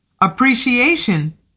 Appreciation